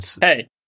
Hey